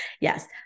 Yes